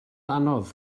anodd